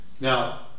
Now